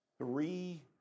three